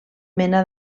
mena